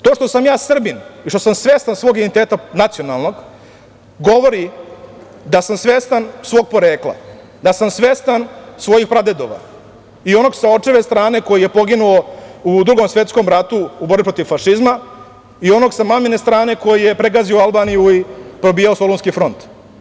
To što sam ja Srbin i što sam svestan svog identiteta nacionalnog govori da sam svestan svog porekla, da sam svestan svojih pradedova, i onog sa očeve strane koji je poginuo u Drugom svetskom ratu u borbi protiv fašizma i onog sa mamine strane koji je pregazio Albaniju i probijao Solunski front.